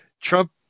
Trump